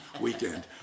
weekend